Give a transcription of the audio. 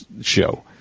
show